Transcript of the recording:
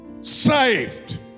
Saved